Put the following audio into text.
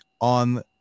on